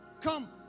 Come